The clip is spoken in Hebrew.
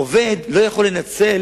עובד לא יכול לנצל